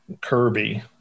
Kirby